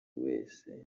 wese